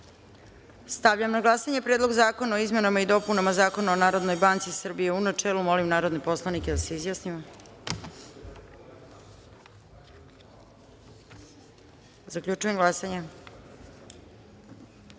celini. Stavljam na glasanje Predlog zakona o izmenama i dopunama Zakona o Narodnoj banci Srbije, u načelu. Molim narodne poslanike da se izjasnimo. Zaključujem glasanje: